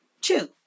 two